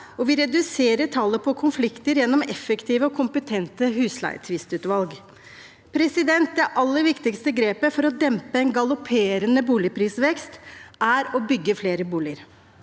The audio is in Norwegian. og vi reduserer tallet på konflikter gjennom et effektivt og kompetent husleietvistutvalg. Det aller viktigste grepet for å dempe en galopperende boligprisvekst er å bygge flere boliger.